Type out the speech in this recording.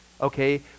okay